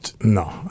No